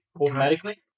automatically